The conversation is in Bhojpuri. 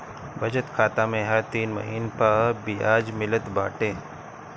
बचत खाता में हर तीन महिना पअ बियाज मिलत बाटे